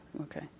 okay